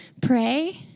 pray